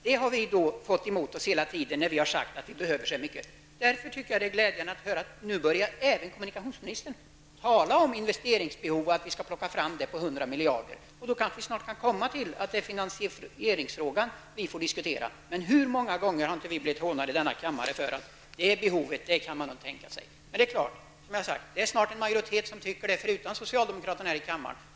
Vi har fått höra detta hela tiden när vi sagt att det behövs så och så mycket. Det är glädjande att även kommunikationsministern nu börjar tala om investeringsbehov och nämner summan 100 miljarder kronor. Vi kan kanske komma fram till att det är finansieringsfrågan som måste diskuteras. Men hur många gånger har inte vi i centern i denna kammare blivit hånade när vi har talat om behoven? Men det är klart: Snart tycker majoriteten detsamma som vi utan socialdemokraternas hjälp här i kammaren.